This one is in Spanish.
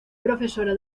profesora